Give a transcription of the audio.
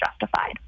justified